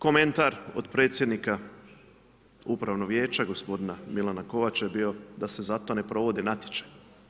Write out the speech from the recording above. Komentar od predsjednika upravnog vijeća, gospodina Milana Kovača je bio da se za to ne provodi natječaj.